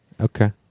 Okay